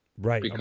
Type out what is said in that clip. Right